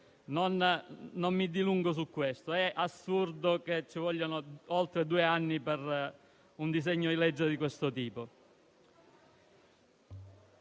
Non mi dilungo su questo, ma dico che è assurdo che ci vogliano oltre due anni per un disegno di legge di siffatto tipo.